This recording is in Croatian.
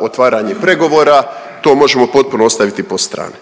otvaranje pregovora to možemo potpuno ostaviti po strani.